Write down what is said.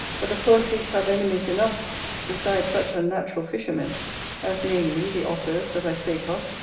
but the poor fish have enemies enough besides such unnatural fishermen as namely, the otters that i spake of,